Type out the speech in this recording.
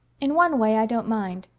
in one way i don't mind.